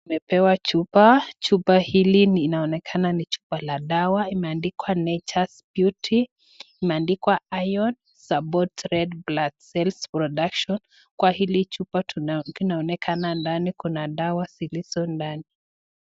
Tumepewa chupa, chupa hili inaonekana ni chupa la dawa imeandikwa Nature's beauty imeandikwa Iron supports red blood cells production kwa hili chupa inaonekana ndani kuna dawa zilizo ndani.